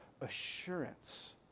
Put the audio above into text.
assurance